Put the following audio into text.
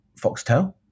Foxtel